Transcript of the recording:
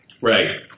right